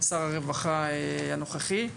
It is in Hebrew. שר הרווחה הנוכחי.